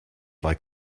like